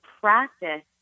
practice